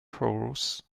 horse